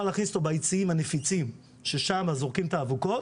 להכניס אותו ביציעים הנפיצים ששם זורקים את האבוקות,